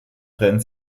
trennten